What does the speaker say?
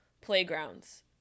playgrounds